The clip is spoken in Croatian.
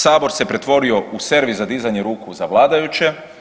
Sabor se pretvorio u servis za dizanje ruku za vladajuće.